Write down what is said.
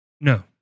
no